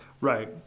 Right